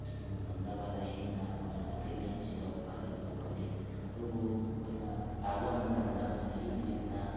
ꯉꯝꯅꯕ ꯂꯥꯏꯌꯦꯡꯗꯨꯅ ꯑꯩꯈꯣꯏꯅ ꯇ꯭ꯔꯤꯠꯃꯦꯟ ꯑꯁꯤ ꯂꯧꯈꯠꯂꯤ ꯑꯗꯨꯕꯨ ꯑꯩꯈꯣꯏꯅ ꯇꯥꯖꯕ ꯃꯇꯝꯗ ꯉꯁꯥꯏꯒꯤ ꯂꯤꯟꯅ